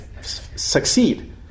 succeed